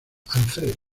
alfredo